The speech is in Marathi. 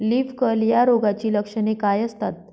लीफ कर्ल या रोगाची लक्षणे काय असतात?